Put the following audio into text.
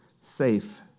safe